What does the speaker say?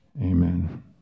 Amen